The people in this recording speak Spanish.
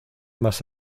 más